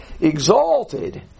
exalted